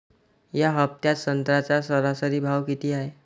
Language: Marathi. या हफ्त्यात संत्र्याचा सरासरी भाव किती हाये?